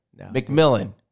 McMillan